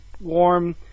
warm